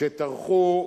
שטרחו,